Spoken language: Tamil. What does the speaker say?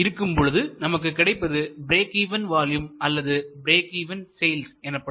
இருக்கும் பொழுது நமக்கு கிடைப்பது பிரேக் இவன் வால்யூம் அல்லது பிரேக் இவன் சேல்ஸ் எனப்படும்